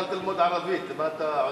התחלת ללמוד ערבית אם אתה עונה,